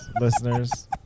listeners